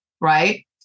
Right